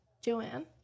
joanne